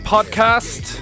Podcast